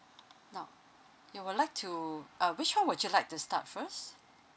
now you would like to uh which one would you like to start first